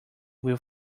will